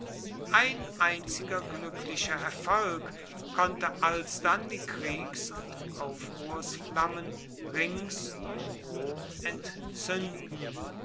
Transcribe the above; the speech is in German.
ein einziger gluecklicher erfolg konnte alsdann die kriegs und aufruhrsflammen rings um rom entzuenden